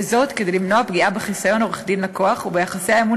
וזאת כדי למנוע פגיעה בחסיון עורך-דין לקוח וביחסי האמון